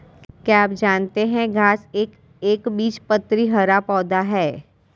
क्या आप जानते है घांस एक एकबीजपत्री हरा पौधा है?